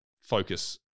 focus